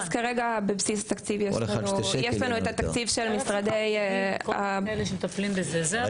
אז כרגע בבסיס תקציב יש לנו את התקציב של משרדי --- אני חושב